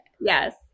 Yes